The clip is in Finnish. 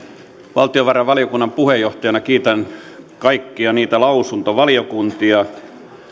valtiovarainvaliokunnan puheenjohtajana kiitän kaikkia niitä lausuntovaliokuntia